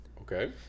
Okay